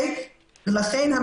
לכן,